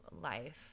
life